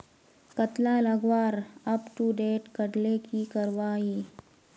कतला लगवार अपटूडेट करले की करवा ई?